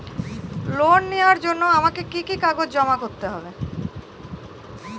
Loan নেওয়ার জন্য আমাকে কি কি কাগজ জমা করতে হবে?